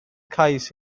cais